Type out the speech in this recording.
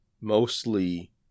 mostly